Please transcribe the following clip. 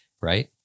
Right